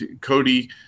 Cody